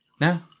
No